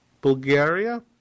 Bulgaria